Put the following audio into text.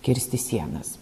kirsti sienas